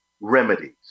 remedies